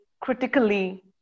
critically